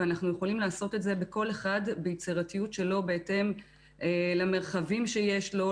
ואנחנו יכולים לעשות את זה כל אחד ביצירתיות שלו בהתאם למרחבים שיש לו,